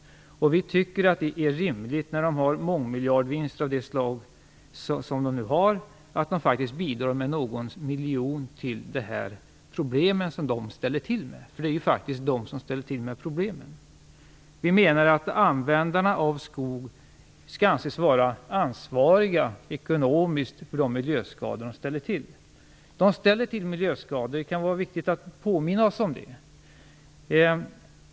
Vi tycker därför att det vore rimligt att industrin, när den nu gör mångmiljonvinster, bidrar med någon miljon för att komma till rätta med de problem som man ställer till med. Vi anser att användarna av skog skall anses vara ekonomiskt ansvariga för de miljöskador som de förorsakar. Det kan vara viktigt att påminna sig om att industrin ställer till med miljöskador.